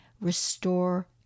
restore